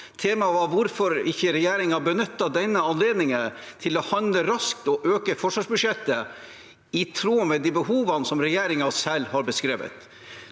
hvorfor ikke regjeringen benyttet denne anledningen til å handle raskt og øke forsvarsbudsjettet i tråd med de behovene som regjeringen selv har beskrevet.